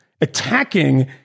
attacking